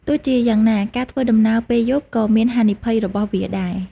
ទោះជាយ៉ាងណា ការធ្វើដំណើរពេលយប់ក៏មានហានិភ័យរបស់វាដែរ។